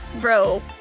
bro